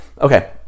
okay